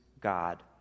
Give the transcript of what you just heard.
God